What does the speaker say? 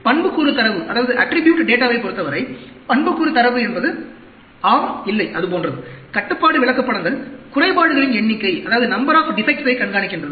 பண்புக்கூறு தரவைப் பொறுத்தவரை பண்புக்கூறு தரவு என்பது ஆம் இல்லை அதுபோன்றது கட்டுப்பாடு விளக்கப்படங்கள் குறைபாடுகளின் எண்ணிக்கையைக் கண்காணிக்கின்றது